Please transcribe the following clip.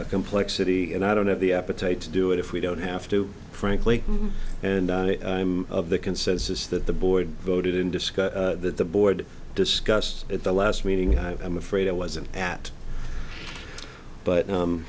a complexity and i don't have the appetite to do it if we don't have to frankly and i'm of the consensus that the board voted in disco that the board discussed at the last meeting hi i'm afraid i wasn't at but